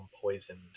poisoned